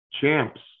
Champs